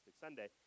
Sunday